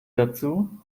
dazu